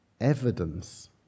evidence